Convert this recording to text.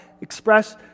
express